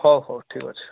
ହଉ ହଉ ଠିକ୍ ଅଛି